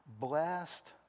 blessed